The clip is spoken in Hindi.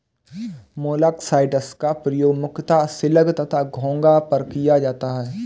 मोलॉक्साइड्स का प्रयोग मुख्यतः स्लग तथा घोंघा पर किया जाता है